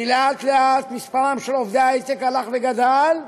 כי לאט-לאט מספרם של עובדי ההייטק הלך וגדל,